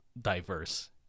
diverse